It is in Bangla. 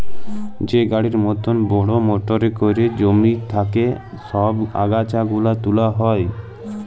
যে গাড়ির মতল বড়হ মটরে ক্যইরে জমি থ্যাইকে ছব আগাছা গুলা তুলা হ্যয়